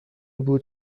بود